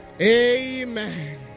Amen